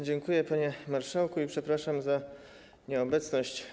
Dziękuję, panie marszałku, i przepraszam za nieobecność.